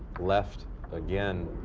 left again.